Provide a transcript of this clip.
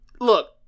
Look